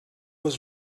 was